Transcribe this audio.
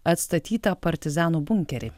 atstatytą partizanų bunkerį